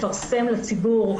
לפרסם לציבור,